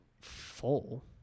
full